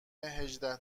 هجده